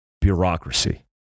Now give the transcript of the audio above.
bureaucracy